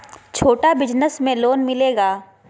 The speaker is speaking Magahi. छोटा बिजनस में लोन मिलेगा?